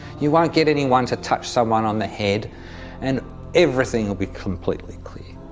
you won't get anyone to touch someone on the head and everything will be completely clear.